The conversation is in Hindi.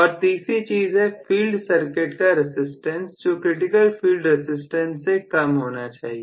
और तीसरी चीज है फील्ड सर्किट का रसिस्टेंस जो क्रिटिकल फील्ड रसिस्टेंस से कम होना चाहिए